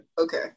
Okay